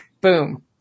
boom